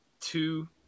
two